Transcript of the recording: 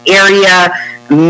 area